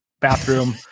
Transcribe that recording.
bathroom